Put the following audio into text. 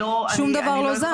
שום דבר לא זז.